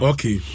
Okay